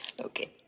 Okay